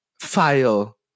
file